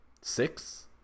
six